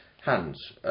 Hands